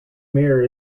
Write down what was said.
mirror